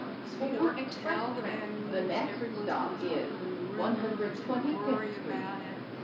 because if you don't tell the bad news, everyone is going to start hearing rumors and worry about it,